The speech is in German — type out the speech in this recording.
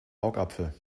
augapfel